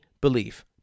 belief